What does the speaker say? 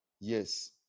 Yes